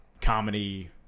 comedy